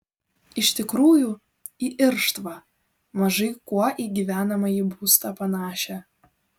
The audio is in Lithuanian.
iš tikrųjų į irštvą mažai kuo į gyvenamąjį būstą panašią